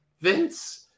Vince